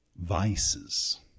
vices